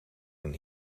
een